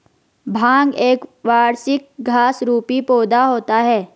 भांग एक वार्षिक घास रुपी पौधा होता है